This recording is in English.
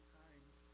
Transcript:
times